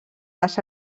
les